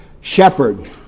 shepherd